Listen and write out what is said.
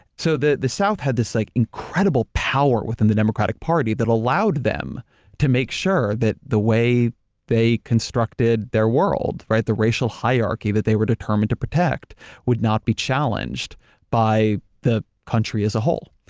so the the south had this like incredible power, within democratic party, that allowed them to make sure that the way they constructed their world, right? the racial hierarchy that they were determined to protect would not be challenged by the country as a whole.